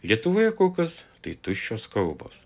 lietuvoje kol kas tai tuščios kalbos